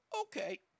okay